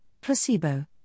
placebo